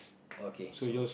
okay so